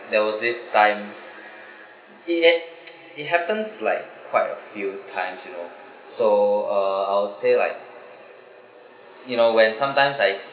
there was this time it has it happens like quite a few times you know so uh I'll say like you know when sometimes I